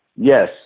Yes